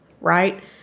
right